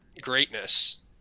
greatness